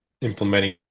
implementing